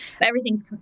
Everything's